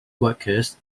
workers